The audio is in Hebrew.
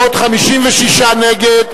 בעוד 56 נגד.